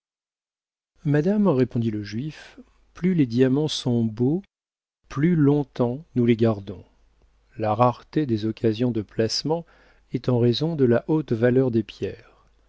madame répondit le juif plus les diamants sont beaux plus longtemps nous les gardons la rareté des occasions de placement est en raison de la haute valeur des pierres